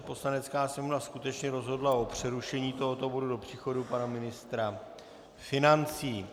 Poslanecká sněmovna skutečně rozhodla o přerušení tohoto bodu do příchodu pana ministra financí.